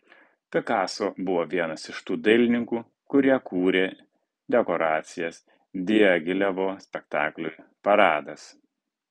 pikaso buvo vienas iš tų dailininkų kurie kūrė dekoracijas diagilevo spektakliui paradas